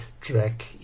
track